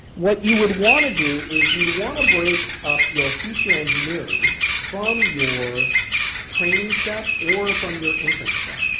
what you would want to do is you'd want to break up your feature engineering from your training step, or from your inference step,